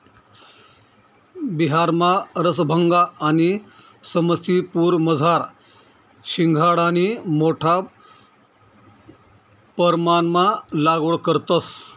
बिहारमा रसभंगा आणि समस्तीपुरमझार शिंघाडानी मोठा परमाणमा लागवड करतंस